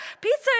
Pizza